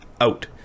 out